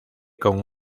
con